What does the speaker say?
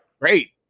Great